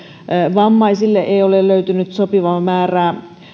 vammaisille ei ole löytynyt sopivaa määrää